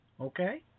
Okay